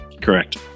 Correct